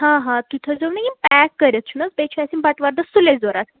ہا ہا تُہۍ تھٲے زیو نہ یِم پیک کٔرِتھ چھُنہٕ حظ بیٚیہِ چھِ اَسہِ یِم بَٹہٕ وارِ دۄہ سُلے ضوٚرَتھ